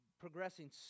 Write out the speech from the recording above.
progressing